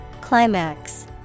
Climax